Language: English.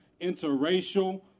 interracial